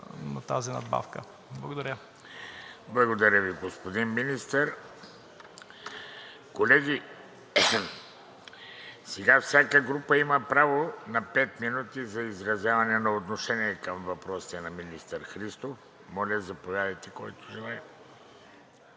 на тази надбавка. Благодаря. ПРЕДСЕДАТЕЛ ВЕЖДИ РАШИДОВ: Благодаря Ви, господин Министър. Колеги, сега всяка група има право на пет минути за изразяване на отношение към отговорите на министър Христов. Моля, заповядайте, който желае.